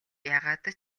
яагаад